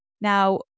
Now